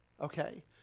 okay